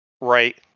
right